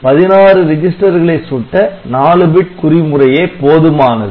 16 ரெஜிஸ்டர்களை சுட்ட 4 பிட் குறிமுறையே போதுமானது